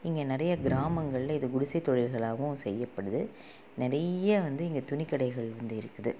இங்கே நிறைய கிராமங்களில் இது குடிசைத் தொழில்களாகவும் செய்யப்படுது நிறையா வந்து இங்கே துணிக் கடைகள் வந்து இருக்குது